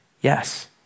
yes